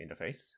interface